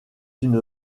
une